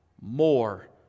more